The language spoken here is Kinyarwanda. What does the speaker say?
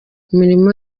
imirimo